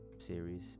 series